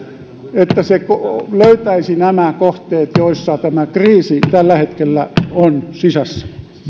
että se löytäisi nämä kohteet joissa tämä kriisi tällä hetkellä on sisässä